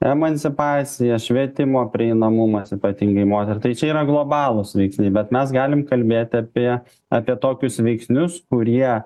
emancipacija švietimo prieinamumas ypatingai moterų tai čia yra globalūs veiksniai bet mes galim kalbėti apie apie tokius veiksnius kurie